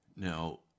Now